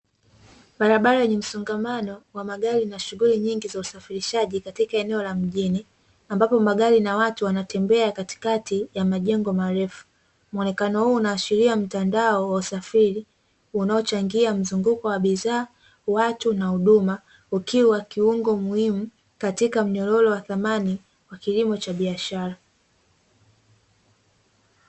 Barabara yenye msongamano wa magari na shughuli nyingi za usafirishaji katika eneo la mjini, ambapo magari na watu wanatembea katikati ya majengo marefu muonekano huu unaashiria mtandao wa usafiri unaochangia mzunguko wa bidhaa watu na huduma, ukiwa kiungo muhimu katika mnyororo wa thamani wa kilimo cha biashara.